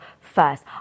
first